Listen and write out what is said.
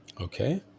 Okay